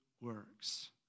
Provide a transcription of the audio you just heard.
works